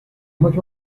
much